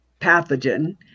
pathogen